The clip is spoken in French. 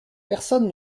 personne